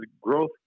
growth